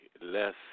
less